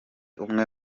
umwe